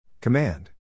Command